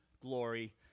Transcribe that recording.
glory